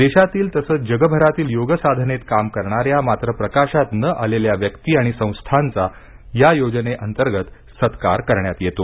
देशातील तसच जगभरातील योग साधनेत काम करणाऱ्या मात्र प्रकाशात न आलेल्या व्यक्ती आणि संस्थांचा या योजने अंतर्गत सत्कार करण्यात येतो